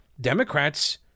Democrats